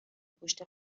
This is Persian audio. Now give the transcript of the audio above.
پشت